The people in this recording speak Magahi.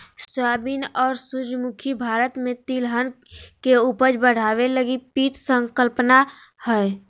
सोयाबीन और सूरजमुखी भारत में तिलहन के उपज बढ़ाबे लगी पीत संकल्पना हइ